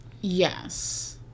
Yes